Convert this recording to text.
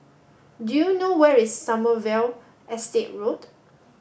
do you know where is Sommerville Estate Road